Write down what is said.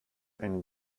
and